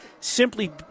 simply